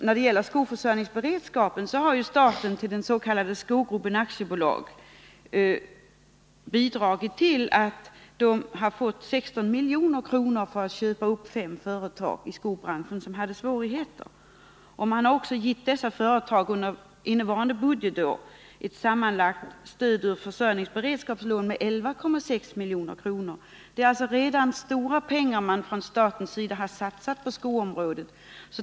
När det gäller skoförsörjningsberedskapen har jag också tagit reda på att staten har bidragit till att Skogruppen AB fått 16 milj.kr. för att köpa fem företag i skobranschen som hade svårigheter. Man har också under innevarande budgetår givit dessa företag ett sammanlagt stöd genom försörjningsberedskapslån på 11,6 milj.kr. Man har alltså från statens sida redan satsat stora pengar på skoområdet.